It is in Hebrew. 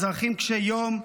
אזרחים קשי יום.